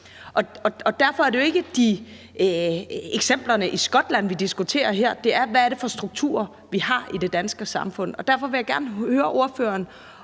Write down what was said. Derfor er det jo ikke eksemplerne i Skotland, vi diskuterer her. Det er, hvad det er for strukturer, vi har i det danske samfund. Og derfor vil jeg gerne høre ordføreren,